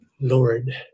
Lord